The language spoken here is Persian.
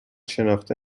شناخته